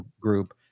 group